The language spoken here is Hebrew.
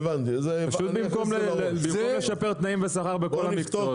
במקום לשפר תנאים ושכר בכל המקצועות,